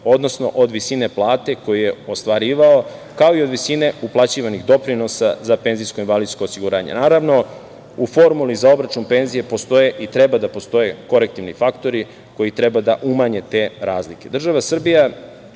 odnosno od visine plate koju je ostvarivao, kao i od visine uplaćivanih doprinosa za penzijsko-invalidsko osiguranje. Naravno, u formuli za obračun penzije postoje i treba da postoje korektivni faktori koji treba da umanje te razlike. Država